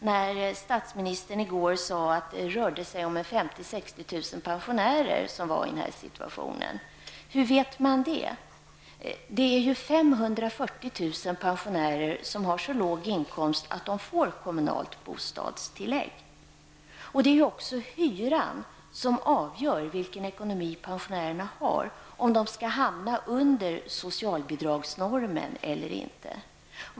Statsministern sade i går att det rörde sig om 50-60 000 pensionärer som befann sig i denna situation. Hur vet man det? Det är ju 540 000 Dessutom är det hyran som avgör vilken ekonomi pensionärerna har, dvs. om de hamnar under socialbidragsnormen eller inte.